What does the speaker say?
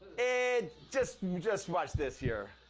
and just just watch this here.